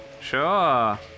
Sure